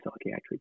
psychiatric